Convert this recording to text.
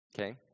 Okay